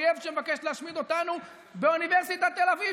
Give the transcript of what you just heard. אויב שמבקש להשמיד אותנו באוניברסיטת תל אביב,